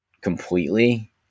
completely